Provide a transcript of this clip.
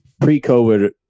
pre-COVID